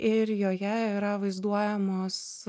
ir joje yra vaizduojamos